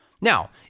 Now